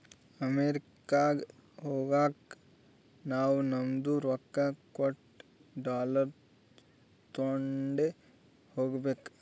ಅಮೆರಿಕಾಗ್ ಹೋಗಾಗ ನಾವೂ ನಮ್ದು ರೊಕ್ಕಾ ಕೊಟ್ಟು ಡಾಲರ್ ತೊಂಡೆ ಹೋಗ್ಬೇಕ